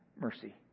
mercy